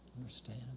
Understand